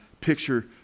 picture